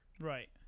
Right